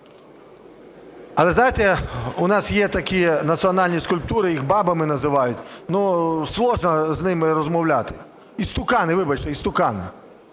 Але, знаєте, у нас є такі національні скульптури, їх бабами називають. Ну, сложно з ними розмовляти. Істукани, вибачте, істукани.